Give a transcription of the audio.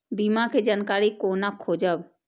बीमा के जानकारी कोना खोजब?